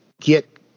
get